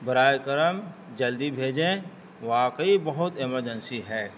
براہ کرم جلدی بھیجیں واقعی بہت ایمرجنسی ہے